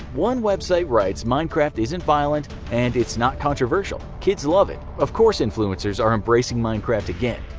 one website writes, minecraft isn't violent, and it's not controversial. kids love it. of course influencers are embracing minecraft again.